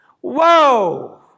whoa